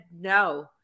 no